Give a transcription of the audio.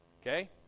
Okay